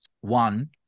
one